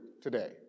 today